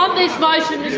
um this motion, and